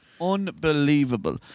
Unbelievable